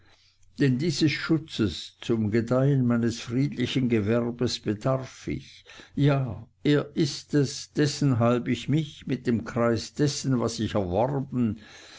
denn dieses schutzes zum gedeihen meines friedlichen gewerbes bedarf ich ja er ist es dessenhalb ich mich mit dem kreis dessen was ich erworben